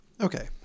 Okay